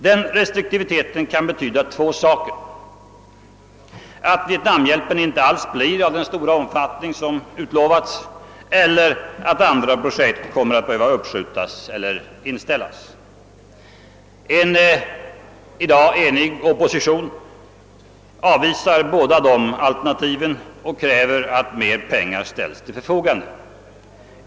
Denna restriktivitet kan betyda två saker: att vietnamhjälpen inte alls blir av den stora omfattning som utlovats eller att andra projekt kommer att behöva uppskjutas eller inställas. En enig opposition avvisar i dag dessa alternativ och kräver att mer pengar skall ställas till förfogande.